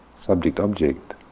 subject-object